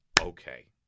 Okay